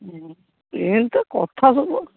ଏମିତି ତ କଥା ସବୁ ଆଉ